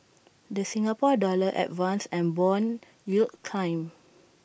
the Singapore dollar advanced and Bond yields climbed